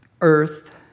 Earth